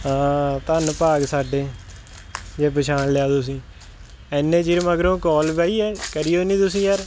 ਧੰਨ ਭਾਗ ਸਾਡੇ ਜੇ ਪਛਾਣ ਲਿਆ ਤੁਸੀਂ ਇੰਨੇ ਚਿਰ ਮਗਰੋਂ ਕੌਲ ਬਾਈ ਐ ਕਰੀ ਓ ਨਹੀਂ ਤੁਸੀਂ ਯਾਰ